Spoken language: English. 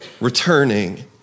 returning